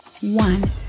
one